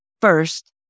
First